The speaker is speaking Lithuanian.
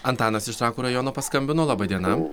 antanas iš trakų rajono paskambino laba diena